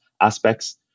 aspects